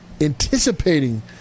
anticipating